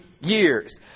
years